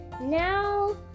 now